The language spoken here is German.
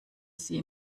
sie